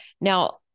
Now